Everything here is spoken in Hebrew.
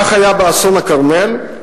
כך היה באסון הכרמל,